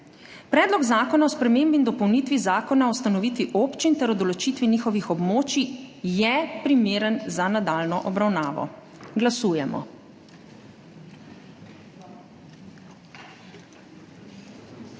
Predlog zakona o spremembi in dopolnitvi Zakona o ustanovitvi občin ter o določitvi njihovih območij je primeren za nadaljnjo obravnavo. Glasujemo.